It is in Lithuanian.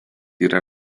yra